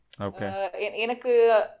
Okay